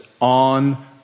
On